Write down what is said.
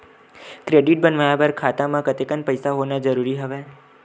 Credit बनवाय बर खाता म कतेकन पईसा होना जरूरी हवय?